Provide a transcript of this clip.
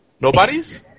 Nobody's